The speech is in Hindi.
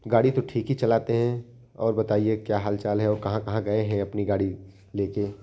गाड़ी तो ठीक ही चलाते और बताइए क्या हाल चाल है और कहाँ कहाँ गए हैं अपनी गाड़ी लेकर